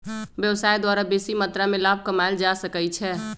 व्यवसाय द्वारा बेशी मत्रा में लाभ कमायल जा सकइ छै